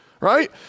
right